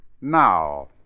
Now